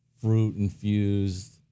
fruit-infused